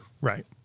Right